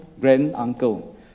grand-uncle